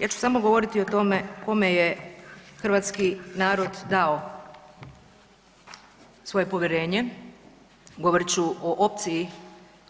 Ja ću samo govoriti o tome kome je hrvatski narod dao svoje povjerenje, govorit ću o opciji